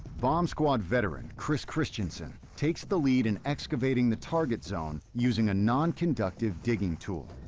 bomb squad veteran chris christensen takes the lead in excavating the target zone using a nonconductive digging tool.